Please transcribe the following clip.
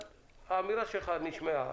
אז האמירה שלך נשמעה.